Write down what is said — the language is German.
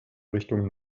richtung